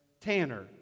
tanner